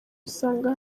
usanga